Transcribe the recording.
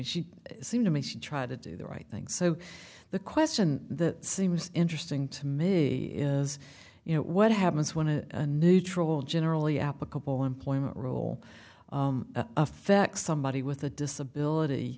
she seemed to me she tried to do the right thing so the question that seems interesting to me is what happens when a neutral generally applicable employment role affects somebody with a disability